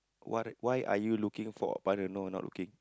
what why are you looking for a partner no not looking